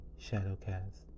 Shadowcast